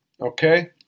Okay